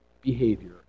behavior